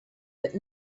that